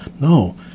No